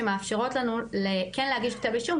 שמאפשרות לנו כן להגיש כתב אישום,